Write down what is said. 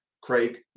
Craig